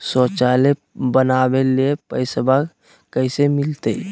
शौचालय बनावे ले पैसबा कैसे मिलते?